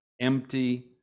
empty